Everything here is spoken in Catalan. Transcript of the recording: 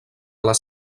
les